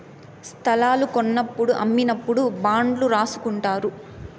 స్తలాలు కొన్నప్పుడు అమ్మినప్పుడు బాండ్లు రాసుకుంటారు